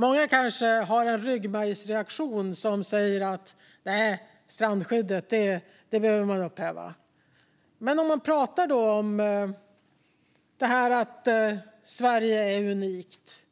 Många har kanske en ryggmärgsreaktion som säger: Nej, strandskyddet behöver upphävas. Men då kan vi prata om att Sverige är unikt